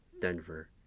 Denver